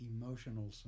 emotional